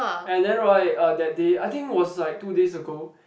and then right uh that day I think was like two days ago